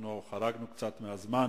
חרגנו קצת מהזמן